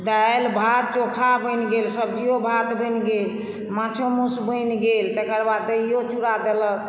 दालि भात चोखा बनि गेल सब्जियो भात बनि गेल माछो माउस बनि गेल तकरबाद दहियो चूरा देलक